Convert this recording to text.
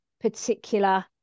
particular